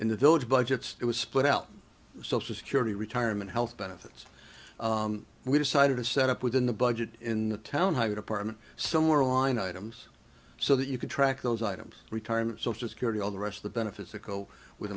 in the village budgets it was split out social security retirement health benefits and we decided to set up within the budget in the town have an apartment somewhere on items so that you could track those items retirement social security all the rest of the benefits that go with